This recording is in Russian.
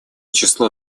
число